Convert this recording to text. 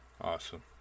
Awesome